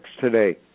today